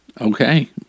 Okay